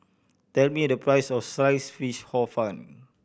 tell me the price of Sliced Fish Hor Fun